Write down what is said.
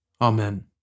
Amen